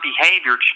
behavior